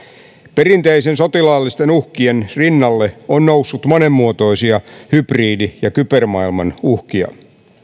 perinteisten sotilaallisten uhkien rinnalle on noussut monenmuotoisia hybridi ja kybermaailman uhkia